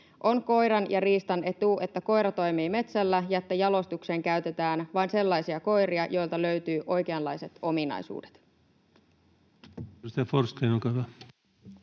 On koiran ja riistan etu, että koira toimii metsällä ja että jalostukseen käytetään vain sellaisia koiria, joilta löytyy oikeanlaiset ominaisuudet.